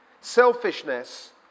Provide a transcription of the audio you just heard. Selfishness